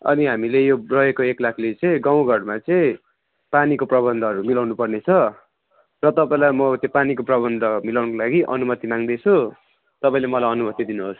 अनि हामीले यो रहेको एक लाखले चाहिँ गाउँ घरमा चाहिँ पानीको प्रबन्धहरू मिलाउनु पर्नेछ र तपाईँलाई म त्यो पानीको प्रबन्ध मिलाउनुको लागि अनुमति माग्दैछु तपाईँले मलाई अनुमति दिनुहोस्